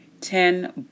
Ten